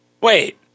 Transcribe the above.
Wait